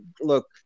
look